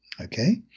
Okay